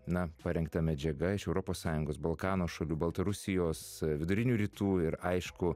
na parengta medžiaga iš europos sąjungos balkanų šalių baltarusijos vidurinių rytų ir aišku